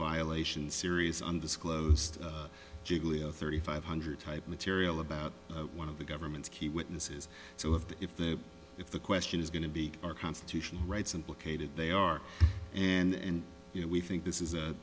violation serious undisclosed giglio thirty five hundred type material about one of the government's key witnesses so if the if the question is going to be our constitutional rights implicated they are and you know we think this is